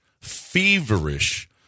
feverish